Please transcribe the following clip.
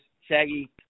Shaggy